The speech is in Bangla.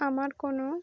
আমার কোনো